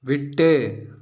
விட்டு